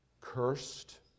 cursed